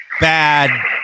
bad